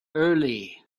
early